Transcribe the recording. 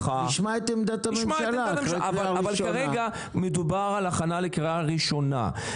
נשמע את עמדת הממשלה אחרי קריאה ראשונה.